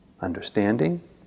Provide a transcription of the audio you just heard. understanding